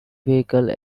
vehicle